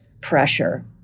pressure